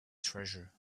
treasure